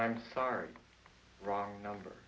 i'm sorry wrong number